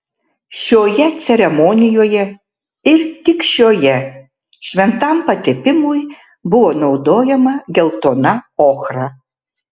šioje ceremonijoje ir tik šioje šventam patepimui buvo naudojama geltona ochra